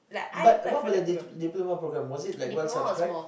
but what about the di~ diploma program was it like well subscribed